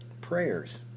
Prayers